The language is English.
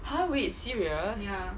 !huh! wait serious